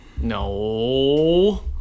No